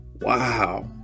wow